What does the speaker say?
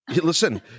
Listen